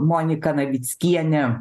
monika navickienė